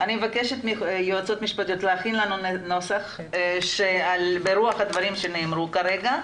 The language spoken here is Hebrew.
מבקשת מהיועצות המשפטיות להכין לנו נוסח ברוח הדברים שנאמרו כרגע,